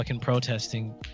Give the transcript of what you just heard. protesting